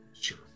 Sure